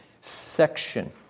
section